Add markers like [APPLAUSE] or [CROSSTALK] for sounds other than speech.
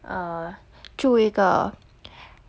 uh 住一个 [NOISE]